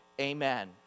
amen